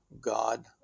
God